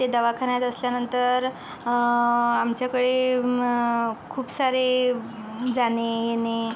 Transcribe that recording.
ते दवाखान्यात असल्यानंतर आमच्याकडे खूप सारे जाणे येणे